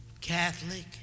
Catholic